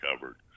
covered